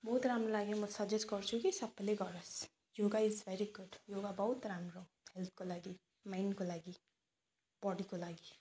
बहुत राम्रो लाग्यो म सजेस्ट गर्छु कि सबैले गरोस् yoga is very good yoga बहुत राम्रो हो हेल्थको लागि माइन्डको लागि बडीको लागि